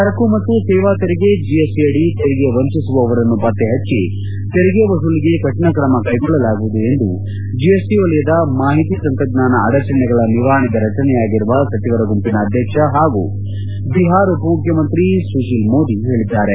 ಸರಕು ಮತ್ತು ಸೇವಾ ತೆರಿಗೆ ಜಿಎಸ್ಟಿ ಅಡಿ ತೆರಿಗೆ ವಂಚಿಸುವವರನ್ನು ಪತ್ತೆಹಚ್ಚಿ ತೆರಿಗೆ ವಸೂಲಿಗೆ ಕಠಿಣ ಕ್ರಮ ಕ್ಲೆಗೊಳ್ಳಲಾಗುವುದು ಎಂದು ಜೆಎಸ್ಟಿ ವಲಯದ ಮಾಹಿತಿ ತಂತ್ರಜ್ಞಾನ ಅಡಚಣೆಗಳ ನಿವಾರಣೆಗೆ ರಚನೆಯಾಗಿರುವ ಸಚಿವರ ಗುಂಪಿನ ಅಧ್ಯಕ್ಷ ಹಾಗೂ ಬಿಹಾರ ಉಪಮುಖ್ಯಮಂತ್ರಿ ಸುಶೀಲ್ ಮೋದಿ ಹೇಳದ್ದಾರೆ